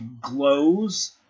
glows